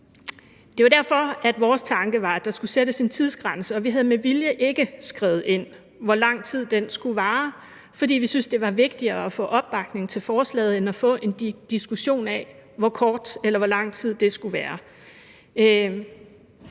Det var derfor, vores tanke var, at der skulle sættes en tidsgrænse, og vi havde med vilje ikke skrevet ind, hvor lang den skulle være, fordi vi syntes, det var vigtigere at få opbakning til forslaget end at få en diskussion af, hvor kort eller hvor lang tid det skulle være.